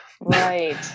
Right